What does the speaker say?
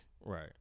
right